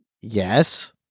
Yes